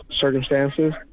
circumstances